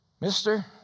Mister